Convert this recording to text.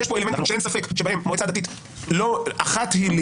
יש פה אלמנטים שאין ספק שבהם מועצה דתית אחת היא לי